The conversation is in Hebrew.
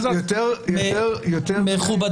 הוא אזרח